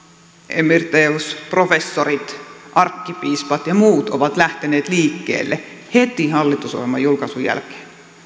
emeritusprofessorit arkkipiispat ja muut ovat lähteneet liikkeelle heti hallitusohjelman julkaisun jälkeen